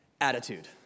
attitude